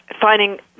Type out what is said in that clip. finding